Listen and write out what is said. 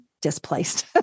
displaced